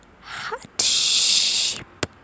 hardship